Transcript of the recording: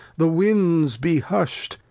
the winds be husht,